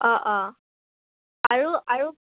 অঁ অঁ আৰু আৰু